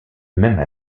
même